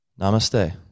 namaste